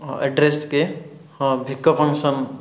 ହଁ ଆଡ୍ରେସ୍ କି ହଁ ଭିକ ଫଙ୍କସନ୍